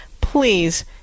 please